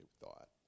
thought